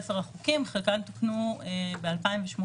בספר החוקים, חלקן תוקנו ב-2018,